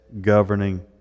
governing